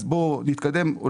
אז בואו נתקדם.